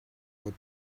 what